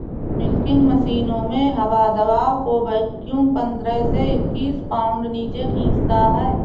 milking मशीनों में हवा दबाव को वैक्यूम पंद्रह से इक्कीस पाउंड नीचे खींचता है